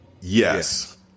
Yes